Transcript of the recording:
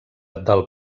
del